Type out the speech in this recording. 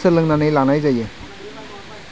सोलोंनानै लानाय जायो